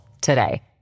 today